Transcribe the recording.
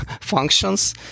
functions